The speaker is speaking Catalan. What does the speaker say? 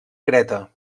creta